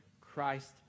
Christ